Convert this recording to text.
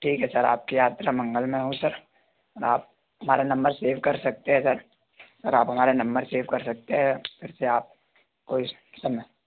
ठीक है सर आपकी यात्रा मंगलमय हो सर और आप हमारा नंबर सेव कर सकते हैं सर सर आप हमारा नंबर सेव कर सकते हैं फिर से आप कोई समय